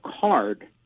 card